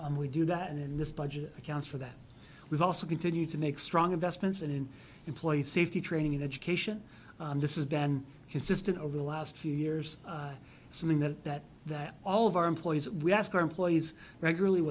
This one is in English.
and we do that in this budget accounts for that we've also continued to make strong investments and in employee safety training and education this is dan consistent over the last few years something that that that all of our employees we ask our employees regularly